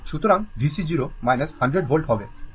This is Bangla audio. সুতরাং VC 0 100 volt হবে